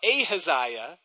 Ahaziah